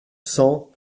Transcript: cent